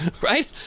right